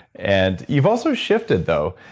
and you've also shifted though.